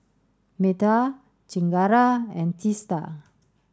Medha Chengara and Teesta